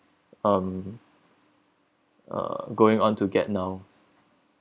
um uh going on to get now